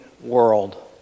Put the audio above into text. world